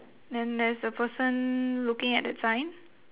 then there's a person looking at that sign